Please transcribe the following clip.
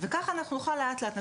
וככה אנחנו נוכל לאט לאט,